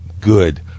good